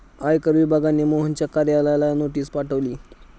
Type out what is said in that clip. आयकर विभागाने मोहनच्या कार्यालयाला नोटीस पाठवली